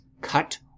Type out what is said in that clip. cut